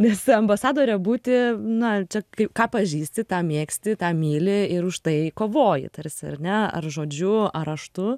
nes ambasadore būti na čia kai ką pažįsti tą mėgsti tą myli ir už tai kovoji tarsi ar ne ar žodžiu ar raštu